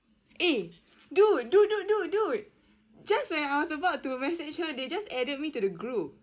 eh dude dude dude dude dude just when I was about to message her they just added me to the group